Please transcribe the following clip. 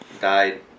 died